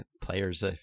players